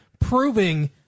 proving